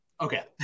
Okay